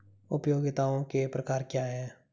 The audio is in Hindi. उपयोगिताओं के प्रकार क्या हैं?